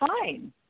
fine